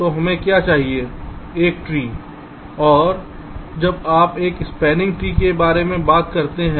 तो हमें क्या चाहिए एक ट्री और जब आप एक स्पॅनिंग ट्री के बारे में बात करते हैं